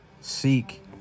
seek